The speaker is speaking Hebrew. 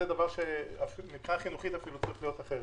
זה דבר שמבחינה חינוכית אפילו צריך להיות אחרת.